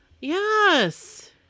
Yes